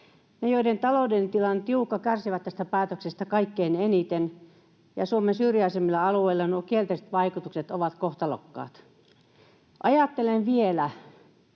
Ne, joiden talouden tila on tiukka, kärsivät tästä päätöksestä kaikkein eniten, ja Suomen syrjäisemmillä alueilla nuo kielteiset vaikutukset ovat kohtalokkaat. Ajattelen vielä,